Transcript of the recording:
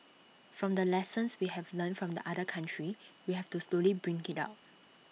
from the lessons we have learnt from the other countries we have to slowly bring IT up